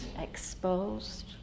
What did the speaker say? exposed